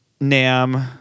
Nam